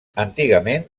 antigament